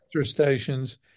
stations